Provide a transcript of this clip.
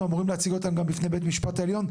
אמורים להציג אותם גם בפני בית המשפט העליון,